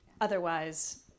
Otherwise